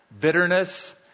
bitterness